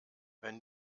wenn